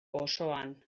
osoan